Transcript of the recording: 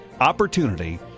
opportunity